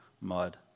Mud